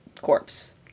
corpse